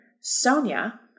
Sonia